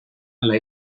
alla